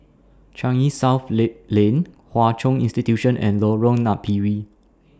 Changi South Lane Hwa Chong Institution and Lorong Napiri